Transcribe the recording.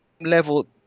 level